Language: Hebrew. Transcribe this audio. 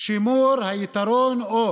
שימור היתרון או